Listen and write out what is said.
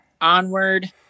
Onward